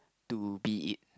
to be it